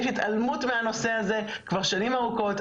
יש התעלמות מהנושא הזה כבר שנים ארוכות,